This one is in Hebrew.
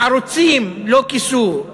הערוצים לא כיסו,